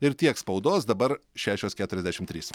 ir tiek spaudos dabar šešios keturiasdešim trys